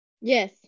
Yes